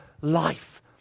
life